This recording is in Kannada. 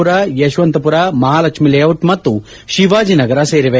ಪುರ ಯಶವಂತಪುರ ಮಹಾಲಕ್ಷ್ಮಿ ಲೇಔಟ್ ಮತ್ತು ಶಿವಾಜನಗರ ಸೇರಿವೆ